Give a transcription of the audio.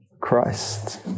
Christ